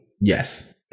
Yes